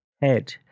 head